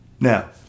Now